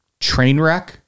Trainwreck